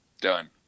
Done